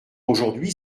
aujourd’hui